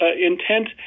intent